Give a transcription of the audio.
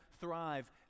thrive